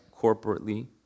corporately